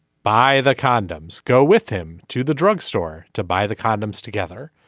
buy the condoms go with him to the drugstore to buy the condoms together.